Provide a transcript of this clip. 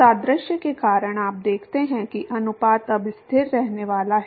सादृश्य के कारण आप देखते हैं कि अनुपात अब स्थिर रहने वाला है